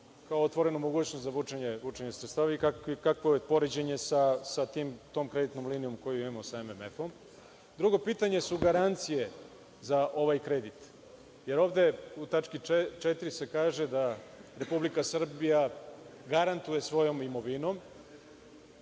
kao otvorenu mogućnost za vučenje sredstava i kakvo je poređenje sa tom kreditnom linijom koju imamo sa MMF?Drugo pitanje su garancije za ovaj kredit, jer ovde u tački 4) se kaže da Republika Srbija garantuje svojom imovinom